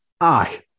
aye